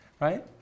Right